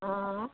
অঁ